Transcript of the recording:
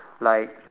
like